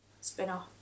spin-off